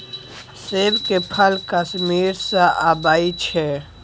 सेब के फल कश्मीर सँ अबई छै